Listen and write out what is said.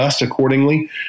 accordingly